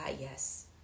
yes